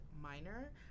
minor